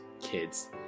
kids